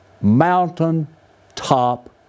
mountaintop